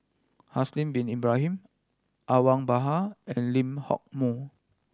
Haslir Bin Ibrahim Awang Bakar and Lee Hock Moh